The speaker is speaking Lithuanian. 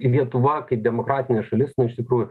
lietuva kaip demokratinė šalis iš tikrųjų